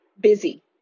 busy